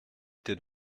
été